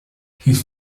his